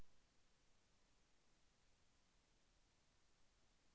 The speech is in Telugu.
అసలు నా ఖాతాకు యూ.పీ.ఐ సేవలు ఉన్నాయా?